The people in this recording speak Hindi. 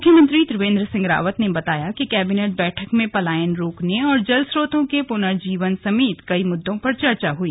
मुख्यमंत्री त्रिवेंद्र सिंह रावत ने बताया कि कैबिनेट बैठक में पलायन रोकने और जल स्रोतों के पुनर्जीवन समेत कई मुद्दों पर चर्चा हुई